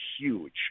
huge